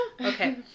Okay